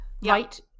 right